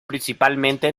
principalmente